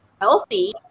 healthy